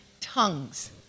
tongues